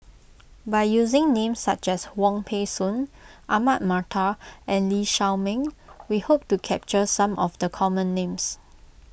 by using names such as Wong Peng Soon Ahmad Mattar and Lee Shao Meng we hope to capture some of the common names